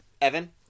Evan